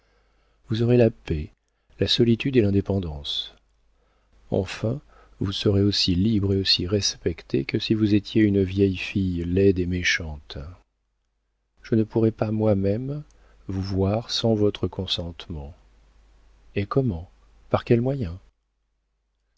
vous aurez la paix la solitude et l'indépendance enfin vous serez aussi libre et aussi respectée que si vous étiez une vieille fille laide et méchante je ne pourrai pas moi-même vous voir sans votre consentement et comment par quels moyens